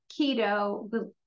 keto